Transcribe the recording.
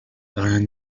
دارن